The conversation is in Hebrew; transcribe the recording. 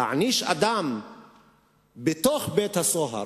להעניש אדם בתוך בית-הסוהר